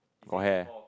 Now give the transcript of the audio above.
got hair